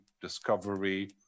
discovery